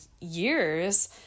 years